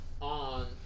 on